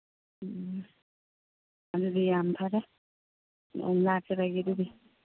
ꯎꯝ ꯑꯗꯨꯗꯤ ꯌꯥꯝ ꯐꯔꯦ ꯅꯣꯡꯃ ꯂꯥꯛꯆꯔꯒꯦ ꯑꯗꯨꯗꯤ